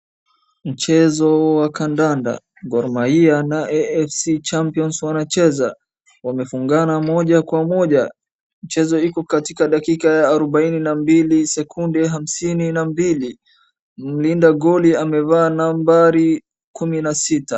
Mchezo wa kandanda, Gor mahia na AFC champions wanacheza. Wamefungana moja kwa moja. Mchezo iko katika dakika ya arobainii na mbili sekunde hamsini na mbili. Mlinda goli amevaanambari kumi na sita.